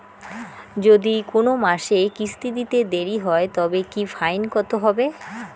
যদি কোন মাসে কিস্তি দিতে দেরি হয় তবে কি ফাইন কতহবে?